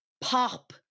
Pop